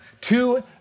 two